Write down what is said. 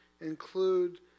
include